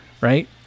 right